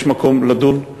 יש מקום לדון,